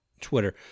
Twitter